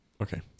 Okay